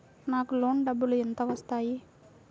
నాకు లోన్ డబ్బులు ఎంత వస్తాయి?